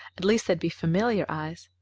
at least, they'd be familiar eyes.